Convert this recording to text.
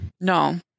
no